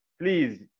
please